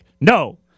no